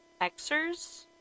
Xers